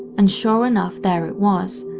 and sure enough there it was,